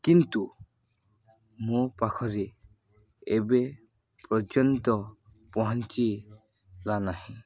କିନ୍ତୁ ମୋ ପାଖରେ ଏବେ ପର୍ଯ୍ୟନ୍ତ ପହଞ୍ଚିଲା ନାହିଁ